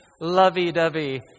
lovey-dovey